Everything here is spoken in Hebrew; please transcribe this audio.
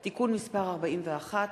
ראש חודש טבת,